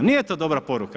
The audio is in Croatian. Nije to dobra poruka.